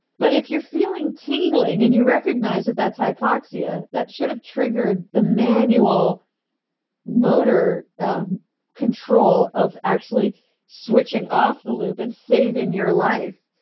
but if you're feeling tingling and you recognize that that's hypoxia, that should have triggered the manual motor control of actually switching off the loop and saving your life.